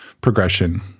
progression